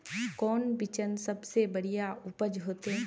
कौन बिचन सबसे बढ़िया उपज होते?